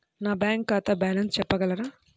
నా బ్యాంక్ ఖాతా బ్యాలెన్స్ చెప్పగలరా?